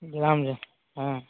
हँ